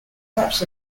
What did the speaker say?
perhaps